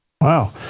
Wow